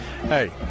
Hey